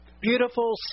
beautiful